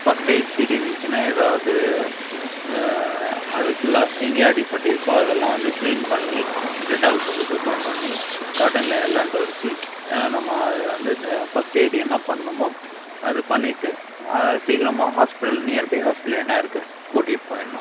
first aid kit இருந்துச்சின்னா எதாவது அது ஃபுல்லாக எங்கே அடி பட்டுருக்கோ அதெல்லான் வந்து கிளீன் பண்ணி டெட்டால் போட்டு சுத்தம் பண்ணி காட்டனில் எல்லாம் தொடச்சு நம்ம அதை வந்து இந்த ஃபர்ஸ்ட் எய்டு என்னா பண்ணுமோ அதைப் பண்ணிவிட்டு அதை சீக்கிரமாக ஹாஸ்பிட்டல் நியர்பை ஹாஸ்பிட்டல் என்னா இருக்கு கூட்டிகிட்டு போயிட்ணும்